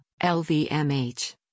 LVMH